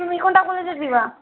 তুমি কোনটা কলেজে দেবে